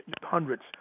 hundreds